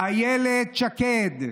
אילת שקד,